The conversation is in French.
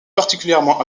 particulièrement